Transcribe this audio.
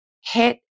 Hit